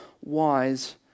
wise